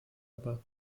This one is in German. aber